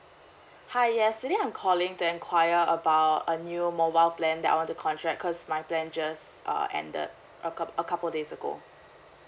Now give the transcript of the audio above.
hi yes today I'm calling to inquire about a new mobile plan that I want to contract because my plan just uh ended a coup~ a couple days ago